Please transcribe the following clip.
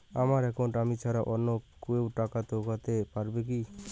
আমার একাউন্টে আমি ছাড়া অন্য কেউ টাকা ঢোকাতে পারবে কি?